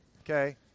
okay